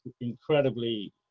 incredibly